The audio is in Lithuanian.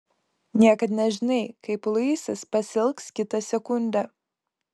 niekad nežinai kaip luisas pasielgs kitą sekundę